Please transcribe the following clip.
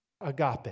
agape